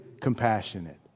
compassionate